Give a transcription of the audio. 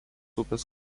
upės